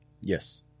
Yes